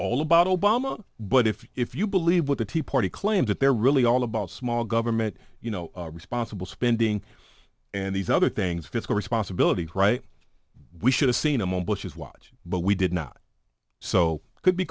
all about obama but if you believe what the tea party claims that they're really all about small government you know responsible spending and these other things fiscal responsibility we should have seen them on bush's watch but we did not so could be